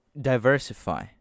diversify